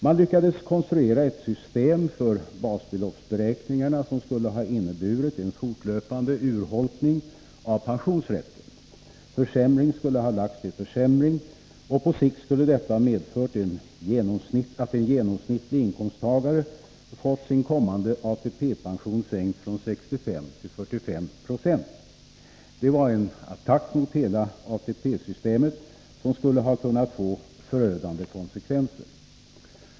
De lyckades konstruera ett system för basbeloppsberäkningarna som skulle ha inneburit en fortlöpande urholkning av pensionsrätten. Försämring skulle ha lagts till försämring. På sikt skulle detta ha medfört att en genomsnittlig inkomsttagare fått sin kommande ATP-pension sänkt från 65 till 45 96. Det var en attack mot hela ATP-systemet, som skulle ha kunnat få förödande konsekvenser.